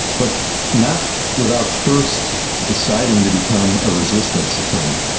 but not without first deciding to become a resistance attorney.